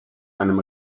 einem